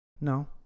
No